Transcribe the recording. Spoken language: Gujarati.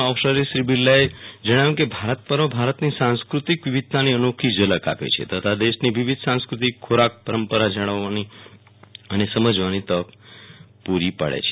આ અવસરે શ્રી બિરલાએ જણાવ્યું હતું કે ભારત પવ ભારતની સાંસ્કતિક વિવિધતાની અનોખી ઝલક આપે છે તથા દેશની વિવિધ સસ્ક્રતિ ખોરાક પરંપરા જાળવવાની અને સમજવાની તક પૂરી પાડે છે